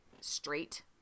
straight